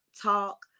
talk